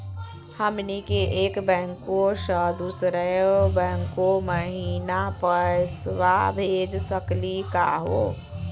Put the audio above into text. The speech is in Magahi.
हमनी के एक बैंको स दुसरो बैंको महिना पैसवा भेज सकली का हो?